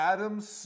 Adam's